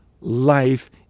life